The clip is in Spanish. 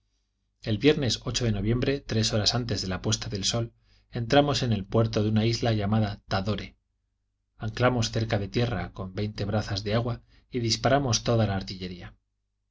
el viernes de noviembre tres horas antes de la puesta del sol entramos en el puerto de una isla llamada tazae anclamos cerca de tierra con veinte brazas de agua y disparamos toda la artillería